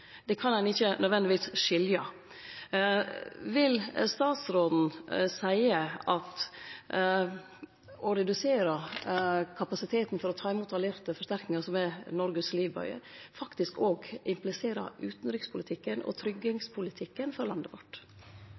Det kan ein ikkje nødvendigvis skilje. Vil utanriksministeren seie at å redusere kapasiteten for å ta imot allierte forsterkingar, som er Noregs livbøye, faktisk òg impliserer utanrikspolitikken og tryggingspolitikken for landet vårt?